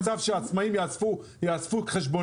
ולמנוע מצב שעצמאים יאספו חשבוניות.